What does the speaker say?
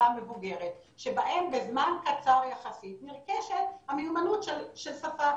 המבוגרת שבהם בזמן קצר יחסית נרכשת המיומנות של שפה,